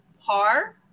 par